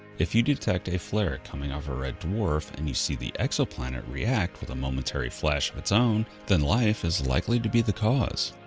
if you detect a flare coming off a red dwarf, and you see the exoplanet react with a momentary flash of its own, then life is likely to be the cause.